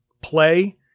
play